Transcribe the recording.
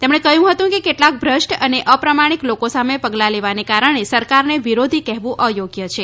તેમણે કહ્યું હતું કે કેટલાક તૃષ્ટ અને અપ્રામાણિક લોકો સામે પગલાં લેવાને કારણે સરકારને વિરોધી કહેવુ અયોગ્ય છે